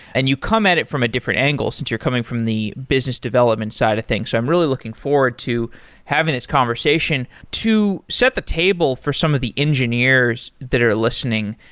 and you come at it from a different angle since you're coming from the business development side of things. so i'm really looking forward to having this conversation. to set the table for some of the engineers that are listening,